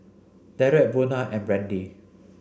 Derrek Buna and Brandee